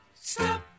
Stop